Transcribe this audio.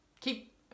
Keep